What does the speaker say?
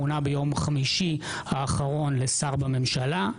מונה ביום חמישי האחרון לשר בממשלה.